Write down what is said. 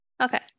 Okay